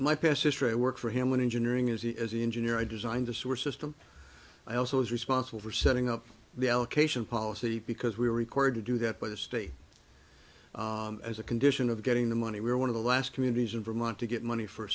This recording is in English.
my past history work for him when engineering is he as an engineer i designed a sewer system i also was responsible for setting up the allocation policy because we were required to do that by the state as a condition of getting the money we were one of the last communities in vermont to get money for